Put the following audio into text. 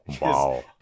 Wow